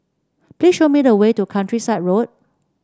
please show me the way to Countryside Road